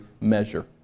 measure